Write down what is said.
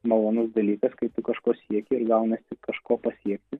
malonus dalykas kai tu kažko sieki ir gauni kažko pasiekti